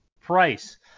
price